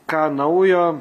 ką naujo